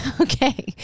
Okay